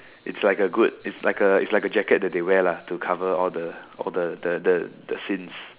it's like a good it's like a it's like a jacket that they wear lah to cover all the all the the the sins